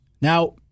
Now